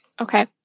Okay